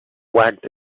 wagged